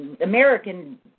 American